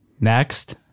Next